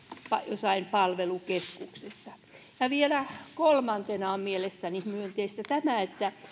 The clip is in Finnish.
jossain palvelukeskuksessa annettu saattohoito vielä kolmantena on mielestäni myönteistä tämä että